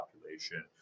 population